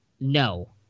No